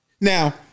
now